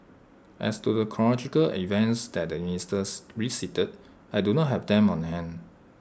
as to the of events that the ministers recited I do not have them on hand